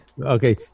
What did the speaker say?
Okay